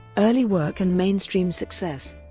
early work and mainstream success